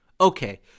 Okay